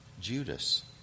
Judas